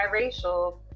biracial